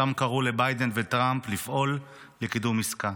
שם קראו לביידן וטראמפ לפעול לקידום עסקה.